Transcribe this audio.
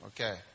Okay